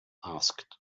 asked